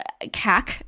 CAC